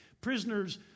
Prisoners